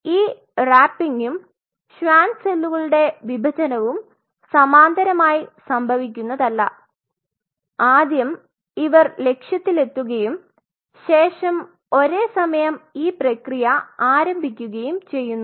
ഈ റാപ്പിംഗും ഷ്വാർ സെല്ലുകളുടെ വിഭജനവും സമാന്തരമായി സംഭവിക്കുനത്തല്ല ആദ്യം ഇവർ ലക്ഷ്യത്തിലെത്തുകയും ശേഷം ഒരേ സമയം ഈ പ്രക്രിയ ആരംഭിക്കുകയും ചെയ്യുന്നു